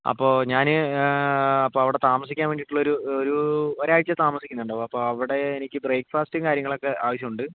അപ്പോൾ ഞാൻ അപ്പോൾ അവിടെ താമസിക്കാൻ വേണ്ടിട്ടുള്ള ഒരു ഒരൂ ഒരാഴ്ച താമസിക്കുന്നുണ്ടാവും അപ്പോൾ അവിടെ എനിക്ക് ബ്രേക്ക്ഫാസ്റ്റും കാര്യങ്ങളും ഒക്കെ ആവശ്യമുണ്ട്